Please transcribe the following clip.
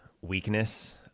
weakness